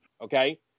Okay